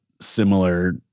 similar